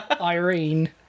Irene